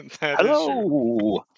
Hello